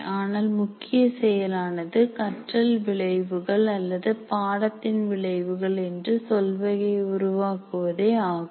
ஆனால் முக்கிய செயலானது கற்றல் விளைவுகள் அல்லது பாடத்தின் விளைவுகள் என்று சொல்வதை உருவாக்குவதே ஆகும்